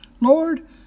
Lord